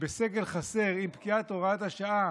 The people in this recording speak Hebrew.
בסגל חסר עם פקיעת הוראות השעה